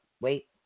Wait